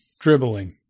dribbling